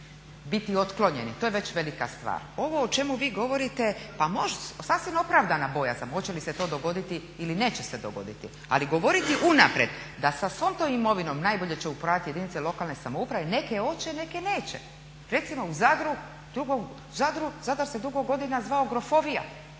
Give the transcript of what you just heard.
biti otklonjeni. To je već velika stvar. Ovo o čemu govorite pa sasvim je opravdana bojazan hoće li se to dogoditi ili neće se dogoditi. Ali govoriti unaprijed da sa svom tom imovinom najbolje će upravljati jedinice lokalne samouprave, neke hoće, neke neće. Recimo u Zadru, Zadar se dugo godina zvao grofovija.